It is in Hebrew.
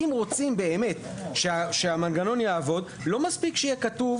אם רוצים באמת שהמנגנון יעבוד לא מספיק שיהיה כתוב